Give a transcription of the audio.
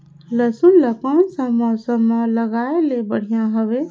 लसुन ला कोन सा मौसम मां लगाय ले बढ़िया हवे?